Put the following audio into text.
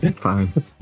fine